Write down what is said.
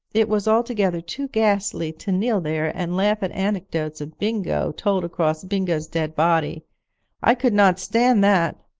it was altogether too ghastly to kneel there and laugh at anecdotes of bingo told across bingo's dead body i could not stand that!